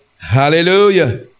Hallelujah